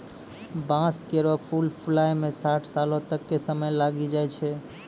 बांस केरो फूल फुलाय म साठ सालो तक क समय लागी जाय छै